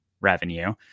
revenue